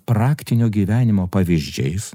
praktinio gyvenimo pavyzdžiais